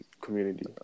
community